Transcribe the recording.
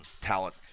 talent